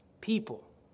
people